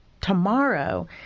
tomorrow